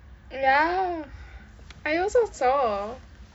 ya I also saw